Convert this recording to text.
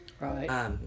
Right